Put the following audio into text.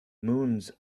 moons